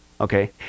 okay